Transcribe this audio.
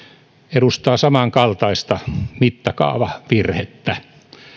edustaa samankaltaista mittakaavavirhettä